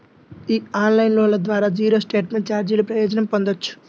ఈ ఆన్లైన్ లోన్ల ద్వారా జీరో స్టేట్మెంట్ ఛార్జీల ప్రయోజనం పొందొచ్చు